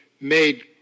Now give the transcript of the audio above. made